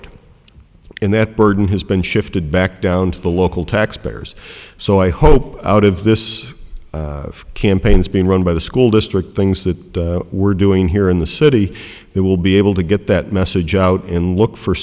it and that burden has been shifted back down to the local taxpayers so i hope out of this campaign is being run by the school district things that we're doing here in the city who will be able to get that message out and look for